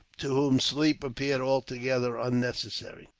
to whom sleep appeared altogether unnecessary.